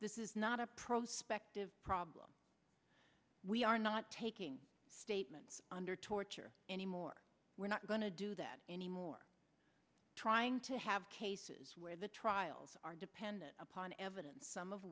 this is not a prospective problem we are not taking statements under torture anymore we're not going to do that anymore trying to have cases where the trials are dependent upon evidence some of